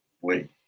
Wait